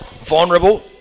Vulnerable